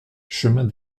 chemin